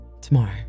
Tomorrow